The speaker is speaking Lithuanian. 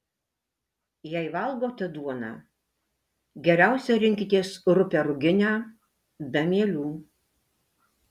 jei valgote duoną geriausia rinkitės rupią ruginę be mielių